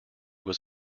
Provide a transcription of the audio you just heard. was